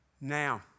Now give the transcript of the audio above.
now